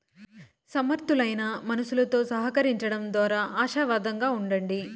సమర్థులైన మనుసులుతో సహకరించడం దోరా ఆశావాదంగా ఉండండి